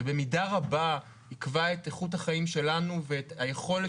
שבמידה רבה יקבע את איכות החיים שלנו ואת היכולת